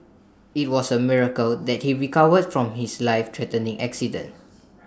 IT was A miracle that he recovered from his lifethreatening accident